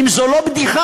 אם זו לא בדיחה,